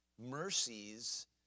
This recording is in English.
Mercies